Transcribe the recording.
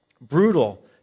brutal